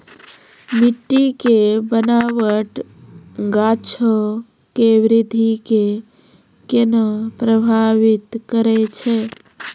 मट्टी के बनावट गाछो के वृद्धि के केना प्रभावित करै छै?